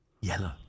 Yellow